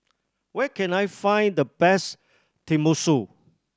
where can I find the best Tenmusu